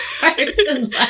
Person